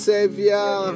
Savior